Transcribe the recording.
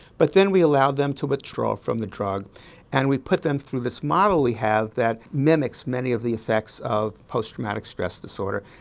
but then we allowed them to withdraw from the drug and we put them through this model we have that mimics many of the effects of post-traumatic stress disorder,